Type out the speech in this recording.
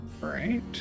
Right